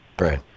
Right